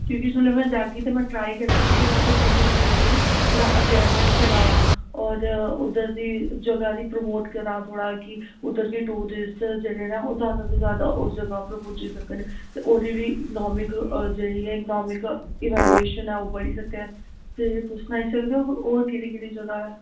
क्योंकि लेई थोह्ड़ा अवेरयनेस फेलावां होर उद्धर दी जगह गी प्रोमोट करां थोहड़ा कि उद्धर दे टुरिस्ट जेह्ड़े न ओह् ज्यादा तो ज्यादा उस जगह उप्पर पुज्जी सकन ते ओह्दी बी इकोनोमिक जेह्ड़ी ऐ इकोमानिक इवेल्यूएशन ऐ ओह् बड़ी सके ते तुस सनाई सकदे ओ होर केह्ड़ी केह्ड़ी जगह् ऐ